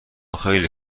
خیلی